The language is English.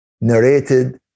narrated